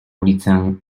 ulicę